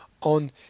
on